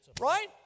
Right